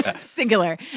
Singular